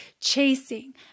chasing